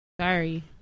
Sorry